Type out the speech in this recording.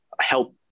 help